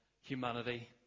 humanity